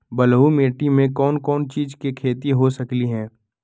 बलुई माटी पर कोन कोन चीज के खेती हो सकलई ह?